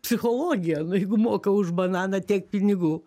psichologija nu jeigu moka už bananą tiek pinigų